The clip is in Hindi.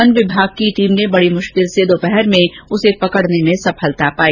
वन विभाग की टीम ने बडी मुश्किल से दोपहर में उसे पकड़ने में सफलता पाई